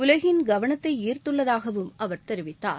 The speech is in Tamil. உலகின் கவனத்தை ஈர்த்துள்ளதாகவும் அவர் தெரிவித்தார்